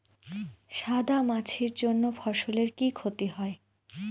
সাদা মাছির জন্য ফসলের কি ক্ষতি হয়?